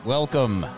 Welcome